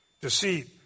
deceit